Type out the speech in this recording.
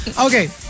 Okay